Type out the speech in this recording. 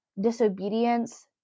disobedience